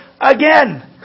again